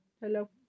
Hello